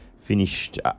finished